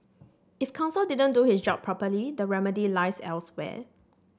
if counsel didn't do his job properly the remedy lies elsewhere